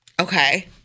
Okay